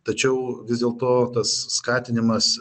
tačiau vis dėl to tas skatinimas